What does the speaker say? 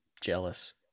jealous